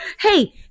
Hey